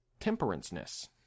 temperanceness